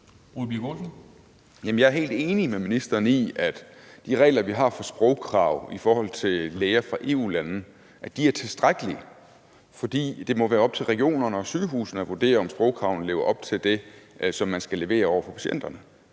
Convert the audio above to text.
jeg er helt enig med ministeren i, at de regler, vi har for sprogkrav i forhold til læger fra EU-lande, er tilstrækkelige, fordi det må være op til regionerne og sygehusene at vurdere, om sprogkravene lever op til det, man skal levere over for patienterne.